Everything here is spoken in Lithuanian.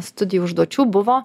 studijų užduočių buvo